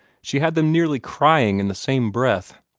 she had them nearly crying in the same breath.